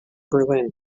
berlin